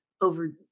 over